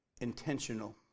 intentional